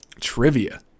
trivia